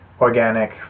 organic